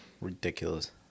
ridiculous